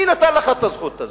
מי נתן לך את הזכות הזאת?